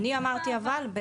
אני אמרתי אבל?